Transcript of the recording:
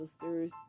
sisters